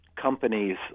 companies